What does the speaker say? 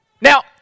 Now